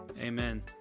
Amen